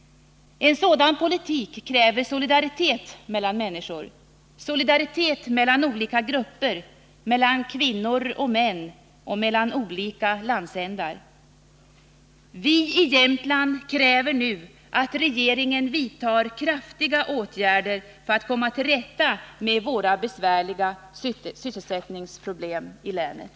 En sådan politik kräver solidaritet mellan människor — solidaritet mellan olika grupper, mellan kvinnor och män och mellan olika landsändar. Vi i Jämtland kräver nu att regeringen vidtar kraftiga åtgärder för att komma till rätta med våra besvärliga sysselsättningsproblem i länet.